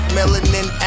Melanin